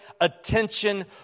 attention